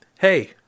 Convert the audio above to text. Hey